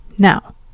Now